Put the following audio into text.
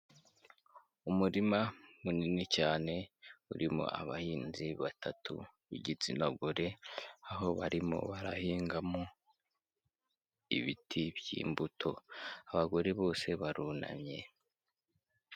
Umurima munini cyane urimo abahinzi batatu b'igitsina gore, aho barimo barahingamo ibiti by'imbuto, abagore bose barunamye.